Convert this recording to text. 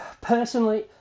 personally